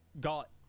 got